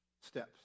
steps